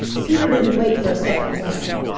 peter didn't wait for a second warning.